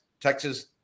Texas